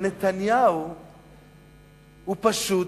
ונתניהו הוא פשוט,